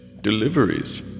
Deliveries